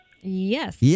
Yes